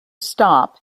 stop